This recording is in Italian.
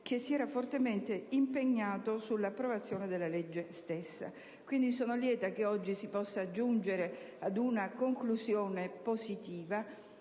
che si era fortemente impegnato nell'approvazione della legge stessa. Quindi, sono lieta che oggi si possa giungere ad una conclusione positiva,